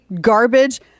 garbage